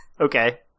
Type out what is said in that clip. Okay